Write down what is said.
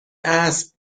اسب